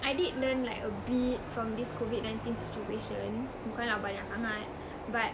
I did learn like a bit from this COVID nineteen situation bukan lah banyak sangat but